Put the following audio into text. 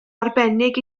arbennig